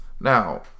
Now